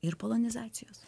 ir polonizacijos